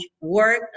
work